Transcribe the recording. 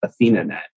AthenaNet